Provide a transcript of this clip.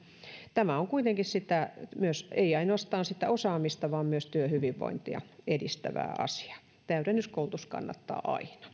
tämä on kuitenkin myös ei ainoastaan sitä osaamista vaan myös työhyvinvointia edistävää asiaa täydennyskoulutus kannattaa aina